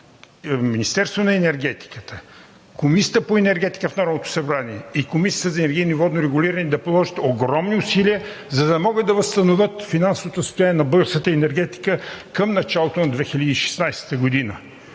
Министерството на енергетиката, Комисията по енергетика в Народното събрание и Комисията за енергийно и водно регулиране да положат огромни усилия, за да могат да възстановят финансовото състояние на българската енергетика към началото на 2016 г.